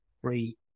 three